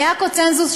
היה קונסנזוס,